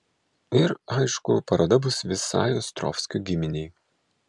ir aišku paroda bus visai ostrovskių giminei